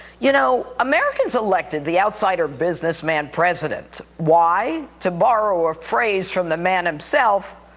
you know, americans elected the outsider businessman president. why? to borrow a phrase from the man himself.